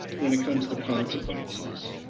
when it comes to consequences,